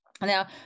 Now